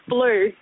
Blue